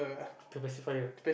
the pacifier